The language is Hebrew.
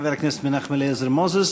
חבר הכנסת מנחם אליעזר מוזס